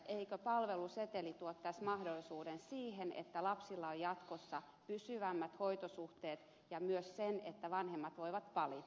eikö palveluseteli tuo tässä mahdollisuuden siihen että lapsilla on jatkossa pysyvämmät hoitosuhteet ja myös siihen että vanhemmat voivat valita